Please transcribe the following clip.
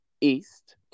East